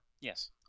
Yes